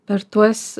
per tuos